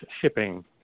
shipping